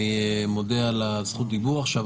אני מודה על זכות הדיבור עכשיו,